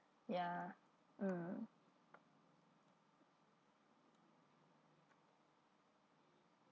ya mm